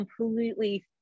completely